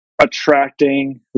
attracting